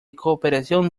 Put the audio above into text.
cooperación